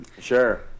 Sure